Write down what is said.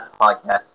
podcast